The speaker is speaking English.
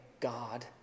God